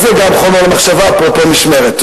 אז גם זה חומר למחשבה אפרופו משמרת.